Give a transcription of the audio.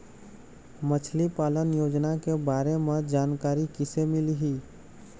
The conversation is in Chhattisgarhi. मछली पालन योजना के बारे म जानकारी किसे मिलही?